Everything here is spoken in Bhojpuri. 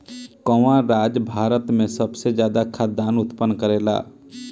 कवन राज्य भारत में सबसे ज्यादा खाद्यान उत्पन्न करेला?